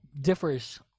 differs